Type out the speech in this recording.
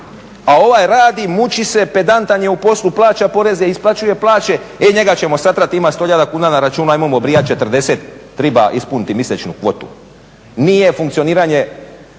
a ovaj radi, muči se, pedantan je u poslu, plaća poreze, isplaćuje plaće, e njega ćemo satrat, ima 100 hiljada kuna na računu, ajmo mu obrijat 40, treba ispuniti mjesečnu kvotu. Nije funkcioniranje